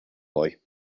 boy